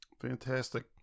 Fantastic